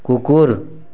କୁକୁର